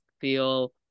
feel